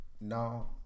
No